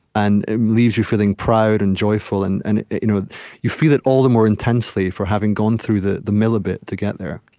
and it leaves you feeling proud and joyful. and and you know you feel it all the more intensely for having gone through the the mill a bit to get there